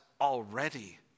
already